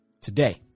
today